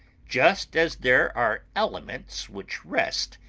just as there are elements which rest,